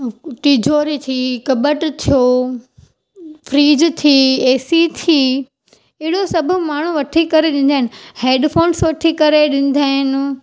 तिजोरी थी कॿटु थियो फ्रीज थी ए सी थी अहिड़ो सभु माण्हू वठी करे ॾींदा आहिनि हैड फोन्स वठी करे ॾींदा आहिनि